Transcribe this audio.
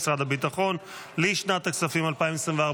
משרד הביטחון, לשנת הכספים 2024,